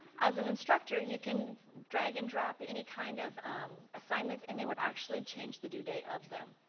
as an instructor, you can drag and drop any kind of assignments and they would actually change the due date of them.